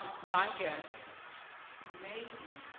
my guess may be